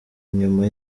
nyuma